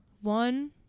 one